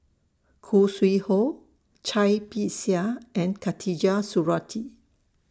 Khoo Sui Hoe Cai Bixia and Khatijah Surattee